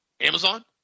Amazon